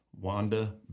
Wanda